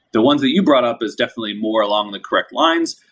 the ones that you brought up is definitely more along the correct lines,